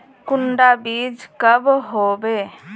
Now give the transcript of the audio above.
कुंडा बीज कब होबे?